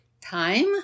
time